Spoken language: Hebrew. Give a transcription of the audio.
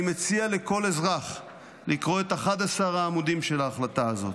אני מציע לכל אזרח לקרוא את 11 העמודים של ההחלטה הזאת.